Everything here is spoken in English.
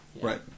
Right